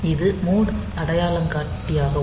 இது மோட் அடையாளங்காட்டியாகும்